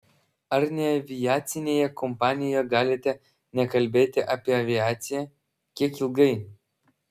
ar neaviacinėje kompanijoje galite nekalbėti apie aviaciją kiek ilgai